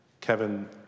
Kevin